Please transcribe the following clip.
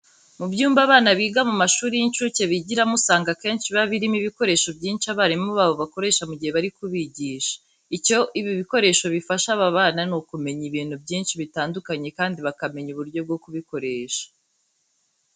Mu byumba abana biga mu mashuri y'incuke bigiramo usanga akenshi biba birimo ibikoresho byinshi abarimu babo bakoresha mu gihe bari kubigisha. Icyo ibi bikoresho bifasha aba bana ni ukumenya ibintu byinshi bitandukanye kandi bakamenya uburyo bwo kubikoresha.